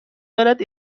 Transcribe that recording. دارد